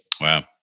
Wow